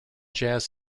jazz